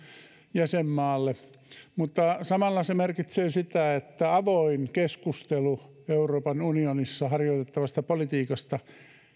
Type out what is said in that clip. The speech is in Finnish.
jäsenmaalle mutta samalla se merkitsee sitä että avoin keskustelu euroopan unionissa harjoitettavasta politiikasta